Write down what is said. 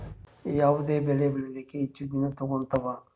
ಯಾವದ ಬೆಳಿ ಬೇಳಿಲಾಕ ಹೆಚ್ಚ ದಿನಾ ತೋಗತ್ತಾವ?